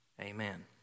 Amen